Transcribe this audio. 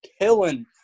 killing